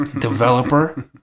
developer